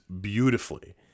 beautifully